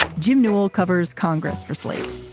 jim newell covers congress for slate.